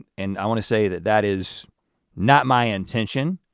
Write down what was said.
and i wanna say that that is not my intention